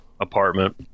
apartment